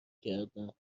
کردن